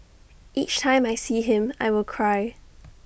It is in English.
each time I see him I will cry